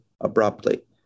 abruptly